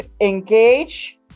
engage